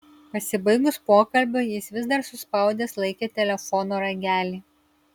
pasibaigus pokalbiui jis vis dar suspaudęs laikė telefono ragelį